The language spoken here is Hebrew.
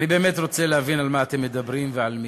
אני באמת רוצה להבין על מה אתם מדברים ועל מי.